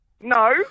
No